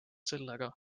sellega